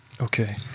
Okay